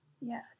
Yes